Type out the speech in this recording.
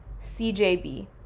CJB